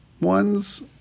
ones